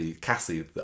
Cassie